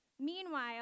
Meanwhile